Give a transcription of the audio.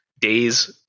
days